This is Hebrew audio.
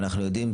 ואנחנו יודעים,